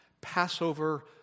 Passover